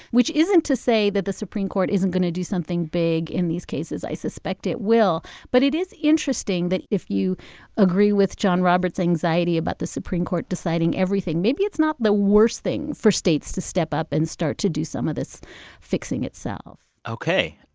which isn't to say that the supreme court isn't going to do something big. in these cases, i suspect it will. but it is interesting that if you agree with john roberts' anxiety about the supreme court deciding everything, maybe it's not the worst thing for states to step up and start to do some of this fixing itself ok.